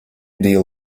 deal